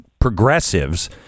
progressives